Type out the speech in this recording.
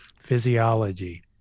physiology